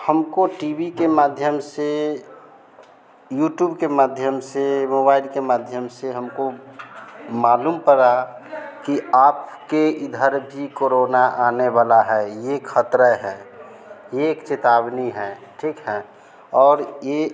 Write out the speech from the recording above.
हमको T V के माध्यम से यूट्यूब के माध्यम से मोबाइल के माध्यम से हमको मालूम पड़ा कि आपके इधर भी कोरोना आने वाला है यह ख़तरा है यह एक चेतावनी है ठीक है और यह